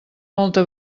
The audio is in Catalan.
molta